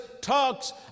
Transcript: talks